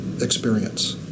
experience